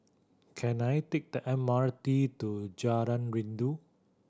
can I take the M R T to Jalan Rindu